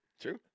True